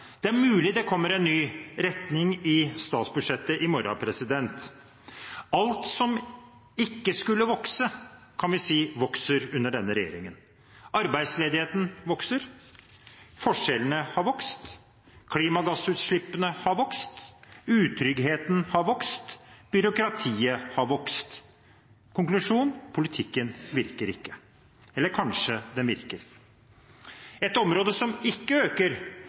Det er mulig det kommer en ny retning i statsbudsjettet i morgen. Alt som ikke skulle vokse, kan vi si vokser under denne regjeringen. Arbeidsledigheten vokser. Forskjellene har vokst. Klimagassutslippene har vokst. Utryggheten har vokst. Byråkratiet har vokst. Konklusjon: Politikken virker ikke – eller kanskje den virker. Et område som ikke øker,